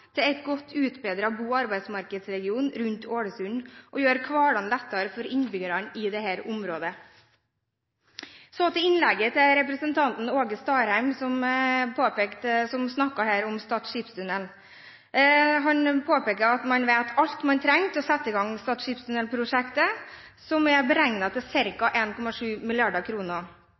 godt utbedret bo- og arbeidsmarkedsregion rundt Ålesund som gjør hverdagen lettere for innbyggerne i dette området. Så til innlegget til representanten Åge Starheim, som her snakket om Stad skipstunnel. Han påpekte at man vet alt man trenger å vite for å kunne sette i gang Stad skipstunnel-prosjektet, som er beregnet til